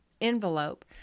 envelope